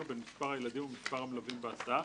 בין מספר הילדים ומספר המלווים בהסעה,